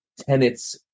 tenets